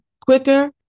quicker